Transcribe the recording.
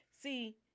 See